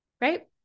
right